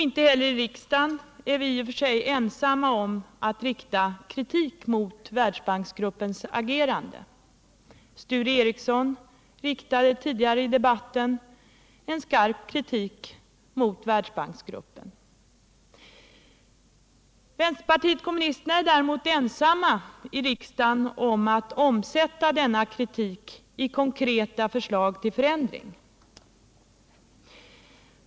Inte heller i riksdagen är vi i och för sig ensamma om at' rikta kritik mot Världsbanksgruppens agerande. Sture Ericson riktade tidigare i debatten skarp kritik mot Världsbanksgruppen. Vi i vpk är däremot ensamma om att omsätta denna kritik i konkreta förslag till förändring.